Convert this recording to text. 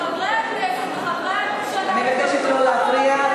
שחברי הכנסת וחברי הממשלה, אני מבקשת לא להפריע.